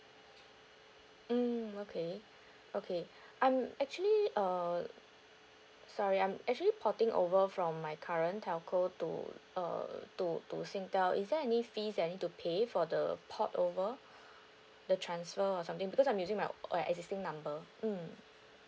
mm okay okay I'm actually uh sorry I'm actually porting over from my current telco to uh to to Singtel is there any fees that I need to pay for the port over the transfer or something because I'm using my uh existing number mm